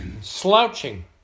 slouching